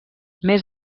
més